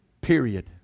Period